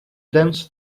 dense